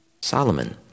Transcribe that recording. Solomon